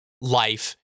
life